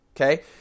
okay